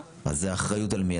אז זה אחריות על מי?